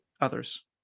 others